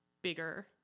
bigger